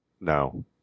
No